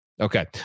Okay